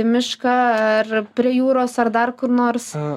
į mišką ar prie jūros ar dar kur nors